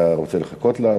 אתה רוצה לחכות לה?